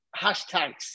hashtags